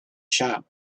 shop